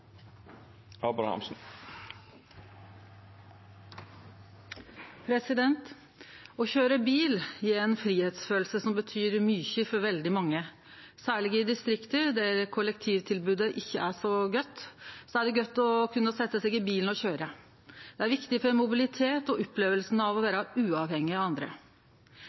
Å køyre bil gjev ei kjensle av fridom som betyr mykje for veldig mange, særleg i distrikta, der kollektivtilbodet ikkje er så godt. Då er det godt å kunne setje seg i bilen og køyre. Det er viktig for mobilitet og for opplevinga av å vere uavhengig av andre.